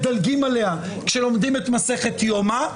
מדלגים עליה כשלומדים את מסכת יומא.